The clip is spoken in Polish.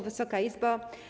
Wysoka Izbo!